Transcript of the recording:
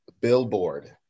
billboard